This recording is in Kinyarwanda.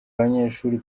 abanyeshuri